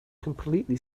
completely